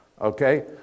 Okay